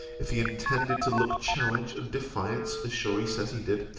if he intended to look challenge and defiance, as shorey says he did,